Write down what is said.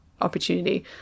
opportunity